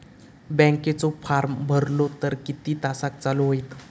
बँकेचो फार्म भरलो तर किती तासाक चालू होईत?